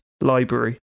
library